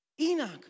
Enoch